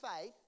faith